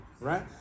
right